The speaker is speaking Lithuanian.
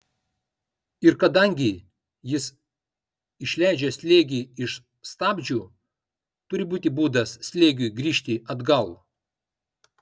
ir kadangi jis išleidžia slėgį iš stabdžių turi būti būdas slėgiui grįžti atgal